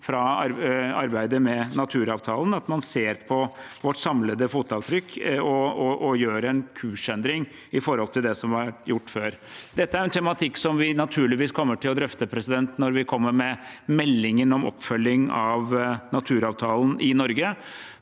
fra arbeidet med naturavtalen at man ser på vårt samlede fotavtrykk og gjør en kursendring i forhold til det som har vært gjort før. Dette er en tematikk vi naturligvis kommer til å drøfte når vi kommer med meldingen om oppfølging av naturavtalen i Norge.